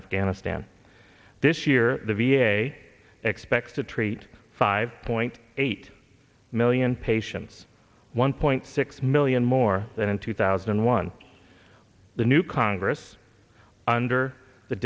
afghanistan this year the v a expects to treat five point eight million patients one point six million more than in two thousand and one the new congress under the